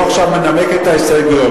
הוא עכשיו מנמק את ההסתייגויות.